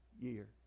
year